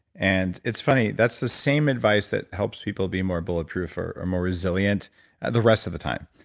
and it's funny, that's the same advice that helps people be more bulletproof or more resilient the rest of the time,